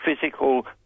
physical